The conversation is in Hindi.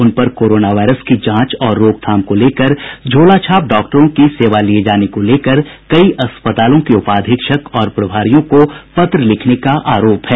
उनपर कोरोना वायरस की जांच और रोकथाम को लेकर झोलाछाप डॉक्टरों की सेवा लिये जाने को लेकर कई अस्पतालों के उपाधीक्षक और प्रभारियों को पत्र लिखने का आरोप है